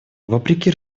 вопреки